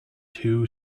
too